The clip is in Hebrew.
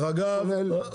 דרך אגב,